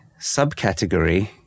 subcategory